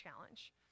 challenge